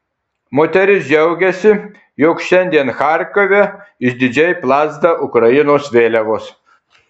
moteris džiaugiasi jog šiandien charkove išdidžiai plazda ukrainos vėliavos